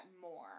more